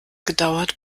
gedauert